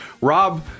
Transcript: Rob